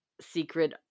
secret